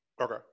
Okay